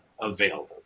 available